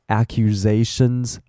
accusations